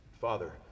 Father